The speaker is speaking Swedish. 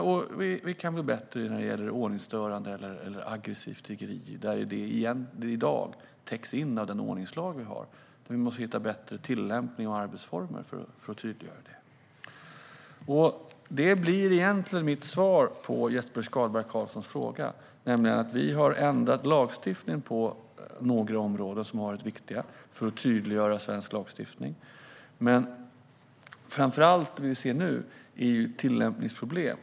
Vi kan också bli bättre när det gäller ordningsstörande eller aggressivt tiggeri, som i dag täcks av ordningslagen. Men vi måste hitta en bättre tillämpning och arbetsformer för att tydliggöra den. Det som egentligen blir mitt svar på Jesper Skalberg Karlssons fråga är att vi har ändrat lagstiftningen på några områden, vilket har varit viktigt för att tydliggöra svensk lagstiftning. Men det vi framför allt ser nu är tillämpningsproblem.